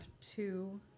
two